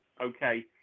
Okay